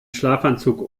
schlafanzug